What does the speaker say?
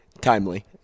Timely